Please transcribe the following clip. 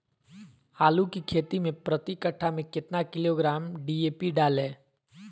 आलू की खेती मे प्रति कट्ठा में कितना किलोग्राम डी.ए.पी डाले?